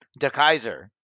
DeKaiser